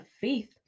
faith